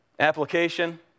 Application